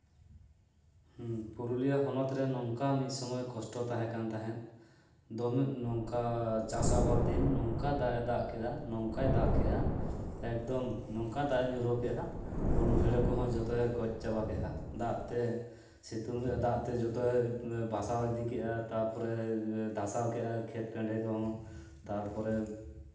ᱦᱮᱸ ᱯᱩᱨᱩᱞᱤᱭᱟ ᱦᱚᱱᱚᱛ ᱨᱮ ᱱᱚᱝᱠᱟ ᱢᱤᱫ ᱥᱚᱢᱚᱭ ᱠᱚᱥᱴᱚ ᱛᱟᱦᱮᱸ ᱠᱟᱱ ᱛᱟᱦᱮᱸᱜ ᱫᱚᱢᱮᱢ ᱱᱚᱝᱠᱟ ᱪᱟᱥ ᱟᱵᱟᱫ ᱫᱤᱱ ᱱᱚᱝᱠᱟ ᱫᱟᱜ ᱮ ᱫᱟᱜ ᱠᱮᱫᱟ ᱱᱚᱝᱠᱟᱭ ᱫᱟᱜ ᱠᱮᱜᱼᱟ ᱮᱠᱫᱚᱢ ᱱᱚᱝᱠᱟ ᱫᱟᱜ ᱮ ᱧᱩᱨᱩ ᱠᱮᱜᱼᱟ ᱦᱩᱲᱩ ᱦᱮᱲᱮ ᱠᱚᱦᱚᱸᱭ ᱡᱚᱛᱚᱭ ᱜᱚᱡ ᱪᱟᱵᱟ ᱠᱮᱫᱟ ᱫᱟᱜ ᱛᱮ ᱥᱤᱛᱩᱝ ᱫᱟᱜ ᱛᱮ ᱡᱚᱛᱚᱭ ᱵᱷᱟᱥᱟᱣ ᱤᱫᱤ ᱠᱮᱜᱼᱟ ᱛᱟᱨᱯᱚᱨᱮ ᱫᱷᱟᱥᱟᱣ ᱠᱮᱜ ᱟᱭ ᱠᱷᱮᱛ ᱴᱟᱺᱰᱤ ᱠᱚᱦᱚᱸ ᱛᱟᱨᱯᱚᱨᱮ